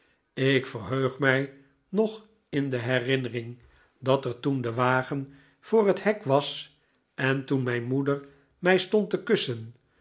ik verheug mij nog in de herinnering dat er toen de wagen voor het hek was en toen mijn moeder mij stond te kussen